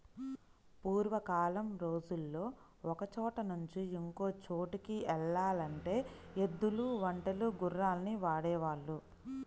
పూర్వకాలం రోజుల్లో ఒకచోట నుంచి ఇంకో చోటుకి యెల్లాలంటే ఎద్దులు, ఒంటెలు, గుర్రాల్ని వాడేవాళ్ళు